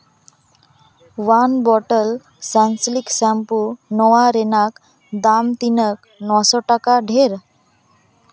one ᱵᱚᱴᱚᱞ ᱥᱟᱱᱥᱞᱤᱠ ᱥᱮᱢᱯᱩ ᱱᱚᱣᱟ ᱨᱮᱱᱟᱜ ᱫᱟᱢ ᱛᱤᱱᱟᱹᱜ ᱱᱚᱥᱚ ᱴᱟᱠᱟ ᱰᱷᱮᱨ